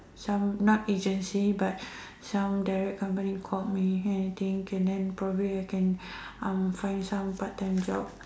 some not agency but some direct company call me and I think and then probably I can um find some part time job